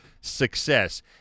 success